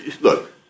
look